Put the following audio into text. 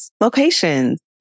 locations